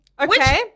okay